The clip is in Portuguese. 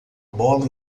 bola